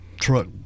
truck